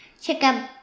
Chicken